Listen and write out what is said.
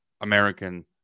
american